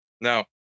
No